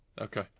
Okay